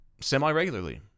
semi-regularly